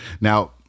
Now